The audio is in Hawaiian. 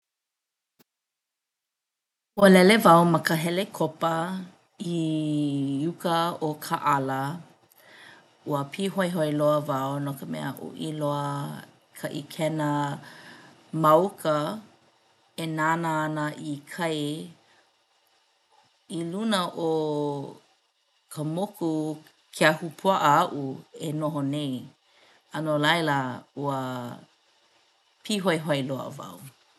Ua lele wau ma ka helekopa i uka o Kaʻala. Ua pīhoihoi loa wau no ka mea uʻi loa ka ʻīkena ma uka e nānā ana i kai i luna o ka moku ke ahupuaʻa aʻu e noho nei a no laila pīhoihoi loa au.